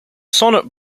sonnet